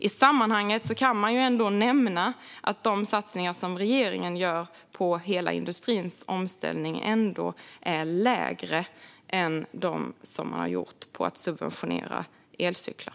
I sammanhanget kan man nämna att de satsningar som regeringen gör på hela industrins omställning är lägre än de som man har gjort på att subventionera elcyklar.